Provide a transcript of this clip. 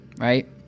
right